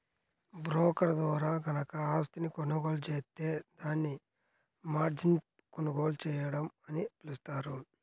broker ద్వారా గనక ఆస్తిని కొనుగోలు జేత్తే దాన్ని మార్జిన్పై కొనుగోలు చేయడం అని పిలుస్తారు